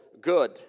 good